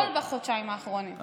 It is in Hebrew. אופיר, הכול בחודשיים האחרונים.